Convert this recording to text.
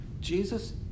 Jesus